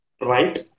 right